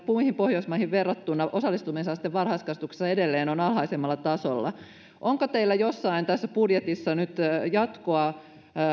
muihin pohjoismaihin verrattuna osallistumisaste varhaiskasvatuksessa edelleen on alhaisimmalla tasolla onko teillä jossain tässä budjetissa nyt jatkoa